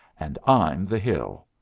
and i'm the hill.